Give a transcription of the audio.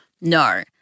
no